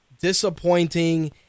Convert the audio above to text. disappointing